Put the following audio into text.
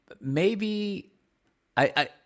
maybe—I